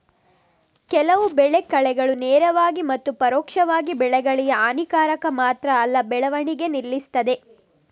ಕೆಲವು ಬೆಳೆ ಕಳೆಗಳು ನೇರವಾಗಿ ಮತ್ತು ಪರೋಕ್ಷವಾಗಿ ಬೆಳೆಗಳಿಗೆ ಹಾನಿಕಾರಕ ಮಾತ್ರ ಅಲ್ಲ ಬೆಳವಣಿಗೆ ನಿಲ್ಲಿಸ್ತದೆ